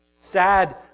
Sad